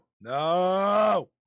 no